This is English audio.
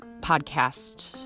podcast